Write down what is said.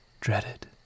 dreaded